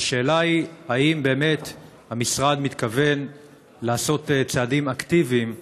אז השאלה היא: האם באמת המשרד מתכוון לעשות צעדים אקטיביים,